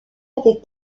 avec